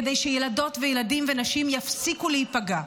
כדי שילדות וילדים ונשים יפסיקו להיפגע,